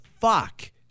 fuck